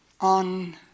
on